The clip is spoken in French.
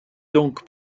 donc